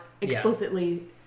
explicitly